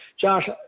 Josh